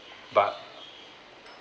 but